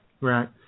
Right